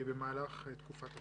במהלך תקופת הקורונה.